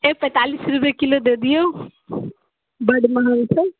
हे पैंतालिस रुपए किलो दऽ दियौ बड्ड महँग छै